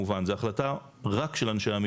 וזו החלטה של מהנדס הבטיחות?